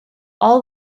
all